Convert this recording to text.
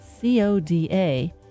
C-O-D-A